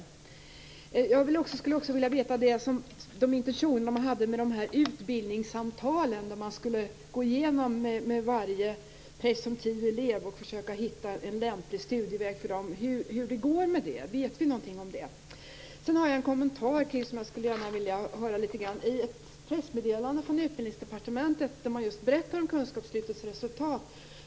Jag vill också veta hur det har gått med de intentioner som man hade med de utbildningssamtal där man med varje presumtiv elev skulle gå igenom deras situation och hitta en lämplig studieväg för dem. Vet vi någonting om hur det har gått med detta? I ett pressmeddelande från Utbildningsdepartementet berättar man om kunskapslyftets resultat.